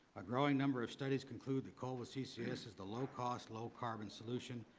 a growing number of studies conclude the coal with ccs is the low cost, low carbon solution,